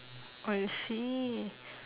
I see